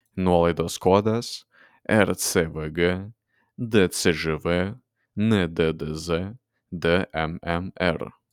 nuolaidos kodas rcvg dcžv nddz dmmr